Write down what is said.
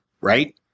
right